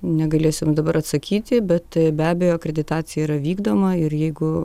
negalėsiu jum dabar atsakyti bet be abejo akreditacija yra vykdoma ir jeigu